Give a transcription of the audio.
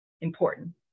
important